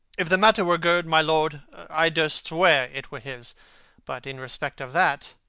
if the matter were good, my lord, i durst swear it were his but in respect of that,